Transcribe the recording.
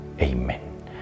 Amen